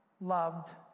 loved